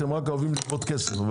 אתם רק אוהבים לגבות כסף.